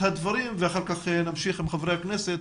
כמה הערות ואחר כך נמשיך עם חברי הכנסת